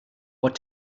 what